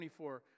24